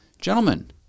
Gentlemen